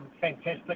fantastic